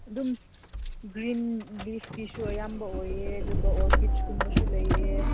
ꯑꯗꯨꯝ ꯒ꯭ꯔꯤꯟ ꯂꯤꯐꯀꯤꯁꯨ ꯑꯌꯥꯝꯕ ꯑꯣꯏꯑꯦ ꯑꯗꯨꯒ ꯑꯣꯔꯀꯤꯗꯁꯀꯨꯝꯕꯁꯨ ꯂꯩꯌꯦ